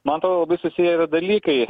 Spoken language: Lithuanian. mano atrodo susiję dalykai